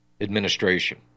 administration